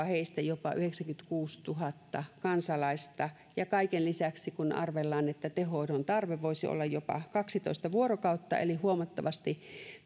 heistä jopa yhdeksänkymmentäkuusituhatta kansalaista kaiken lisäksi kun arvellaan että tehohoidon tarve voisi olla jopa kaksitoista vuorokautta eli huomattavasti